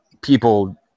people